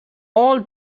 all